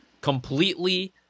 completely